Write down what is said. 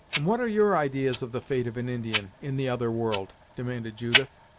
and what are your ideas of the fate of an indian, in the other world? demanded judith,